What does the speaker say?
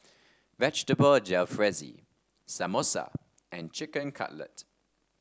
Vegetable Jalfrezi Samosa and Chicken Cutlet